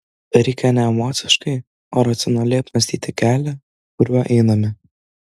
reikia ne emociškai o racionaliai apmąstyti kelią kuriuo einame